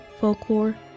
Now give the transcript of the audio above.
folklore